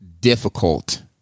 difficult